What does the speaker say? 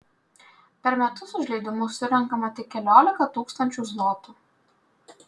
per metus už leidimus surenkama tik keliolika tūkstančių zlotų